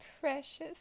precious